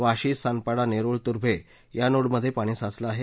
वाशी सानपाडा नेरूळ तुर्मे या नोडमध्ये पाणी साचलं आहे